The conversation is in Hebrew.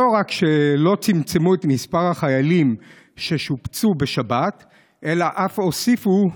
לא רק שלא צמצמו את מספר החיילים ששובצו בשבת אלא אף הוסיפו.